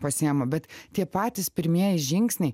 pasiima bet tie patys pirmieji žingsniai